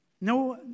No